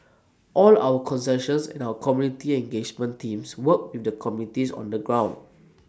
all our concessions and our community engagement teams work with the communities on the ground